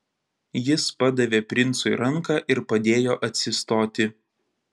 jis padavė princui ranką ir padėjo atsistoti